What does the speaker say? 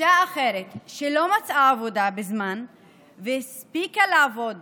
אישה אחרת, שלא מצאה עבודה בזמן והספיקה לעבוד